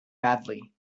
badly